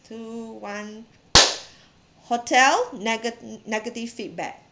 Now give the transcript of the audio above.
two one hotel nega~ negative feedback